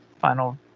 final